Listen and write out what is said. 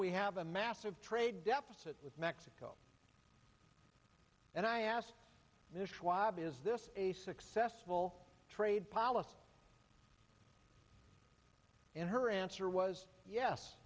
we have a massive trade deficit with mexico and i asked the schwab is this a successful trade policy and her answer was yes